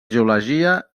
geologia